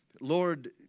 Lord